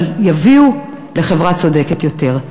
והם יביאו לחברה צודקת יותר.